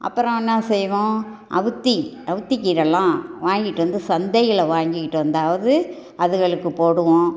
அப்புறம் என்ன செய்வோம் அவுத்தி அவுத்திக் கீரைலாம் வாங்கிட்டு வந்து சந்தையில் வாங்கிட்டு வந்தாவது அதுகளுக்கு போடுவோம்